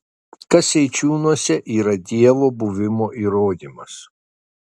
kas eičiūnuose yra dievo buvimo įrodymas